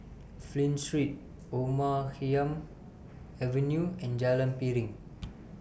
Flint Street Omar Khayyam Avenue and Jalan Piring